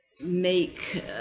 make